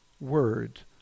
words